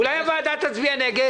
אולי הוועדה תצביע נגד.